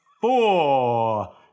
four